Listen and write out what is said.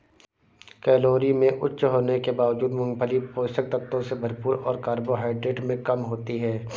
calorie में उच्च होने के बावजूद, मूंगफली पोषक तत्वों से भरपूर और कार्बोहाइड्रेट में कम होती है